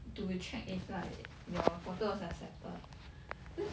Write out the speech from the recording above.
to check if like your photo was accepted then